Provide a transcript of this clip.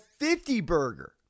50-burger